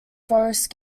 forest